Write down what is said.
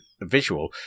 visual